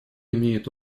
имеет